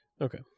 Okay